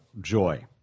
joy